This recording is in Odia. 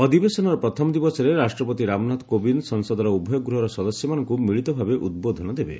ଅଧିବେଶନର ପ୍ରଥମ ଦିବସରେ ରାଷ୍ଟ୍ରପତି ରାମନାଥ କୋବିନ୍ଦ ସଂସଦର ଉଭୟ ଗୃହର ସଦସ୍ୟମାନଙ୍କୁ ମିଳିତ ଭାବେ ଉଦ୍ବୋଧନ ଦେବେ